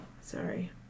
Sorry